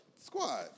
squad